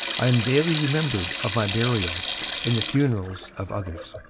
i am daily remembered of my burial in the funerals of others